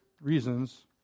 reasons